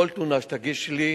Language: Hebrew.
כל תלונה שתגיש לי,